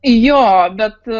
jo bet